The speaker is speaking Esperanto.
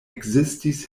ekzistis